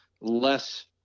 less